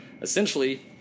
Essentially